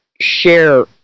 share